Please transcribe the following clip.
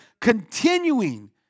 continuing